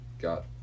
got